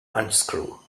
unscrew